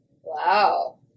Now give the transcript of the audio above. Wow